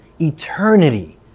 eternity